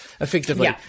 effectively